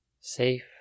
Safe